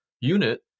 unit